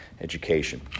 education